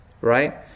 right